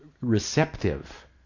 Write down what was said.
receptive